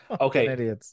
Okay